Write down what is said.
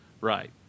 right